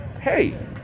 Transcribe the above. hey